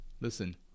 Listen